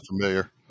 familiar